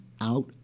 Out